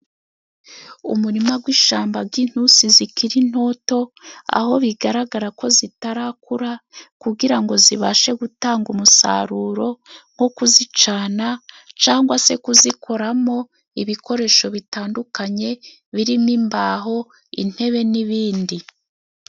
Umurima gw'ishamba g'intusi zikiri ntoto, aho bigaragara ko zitarakura kugira ngo zibashe gutanga umusaruro, nko kuzicana cangwa se kuzikoramo ibikoresho bitandukanye birimo imbaho, intebe n'ibindi.